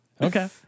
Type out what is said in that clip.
Okay